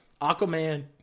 Aquaman